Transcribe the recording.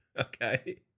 Okay